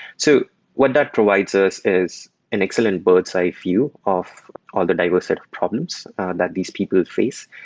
so what that provides us is an excellent bird's eye view of all the diverse set of problems that these people face.